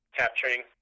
capturing